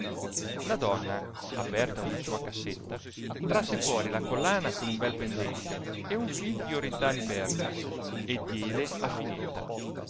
la donna aperta una sua cassetta trasse fiioin la collana con un bel jiendente e un til di orientali perle e dièle a finetta